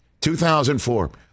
2004